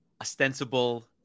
ostensible